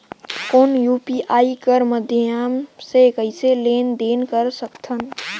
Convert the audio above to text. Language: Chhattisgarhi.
कौन यू.पी.आई कर माध्यम से कइसे लेन देन कर सकथव?